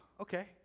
okay